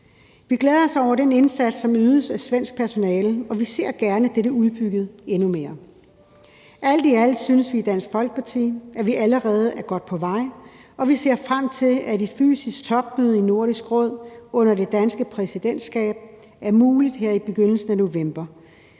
Vi glæder os over den indsats, som ydes af svensk personale, og vi ser gerne dette udbygget endnu mere. Alt i alt synes vi i Dansk Folkeparti, at vi allerede er godt på vej, og vi ser frem til, at et fysisk topmøde i Nordisk Råd under det danske præsidentskab er muligt her i begyndelsen af november.